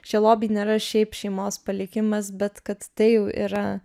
šie lobiai nėra šiaip šeimos palikimas bet kad tai jau yra